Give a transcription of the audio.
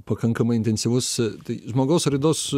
pakankamai intensyvus tai žmogaus raidos